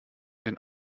den